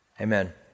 Amen